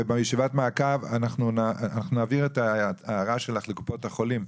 ובישיבת המעקב אנחנו נעביר את ההערה שלך לקופות החולים.